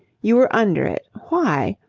you were under it. why?